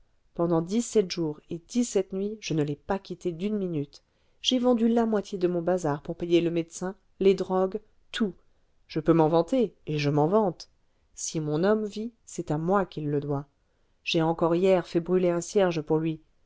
pendant dix-sept jours et dix-sept nuits je ne l'ai pas quitté d'une minute j'ai vendu la moitié de mon bazar pour payer le médecin les drogues tout je peux m'en vanter et je m'en vante si mon homme vit c'est à moi qu'il le doit j'ai encore hier fait brûler un cierge pour lui